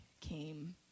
came